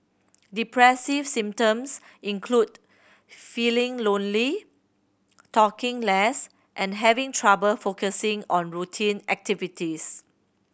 depressive symptoms include feeling lonely talking less and having trouble focusing on routine activities